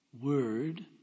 word